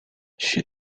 she